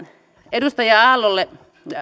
edustaja aallolle